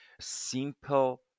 simple